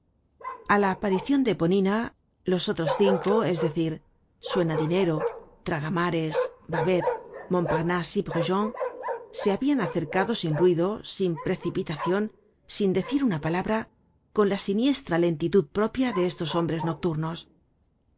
a la aparicion de eponina los otros cinco es decir suena dinero traga mares babet montparnase y brujon se habian acercado sin ruido sin precipitacion sin decir una palabra con la siniestra lentitud propia de estos hombres nocturnos